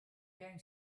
going